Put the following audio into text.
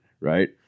right